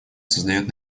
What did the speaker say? создает